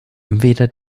weder